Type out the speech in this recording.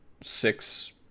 Six